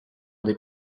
des